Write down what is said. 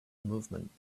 movement